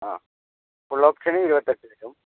ആ full option ഇരുപത്തെട്ട് വരും